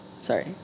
sorry